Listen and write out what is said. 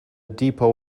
depot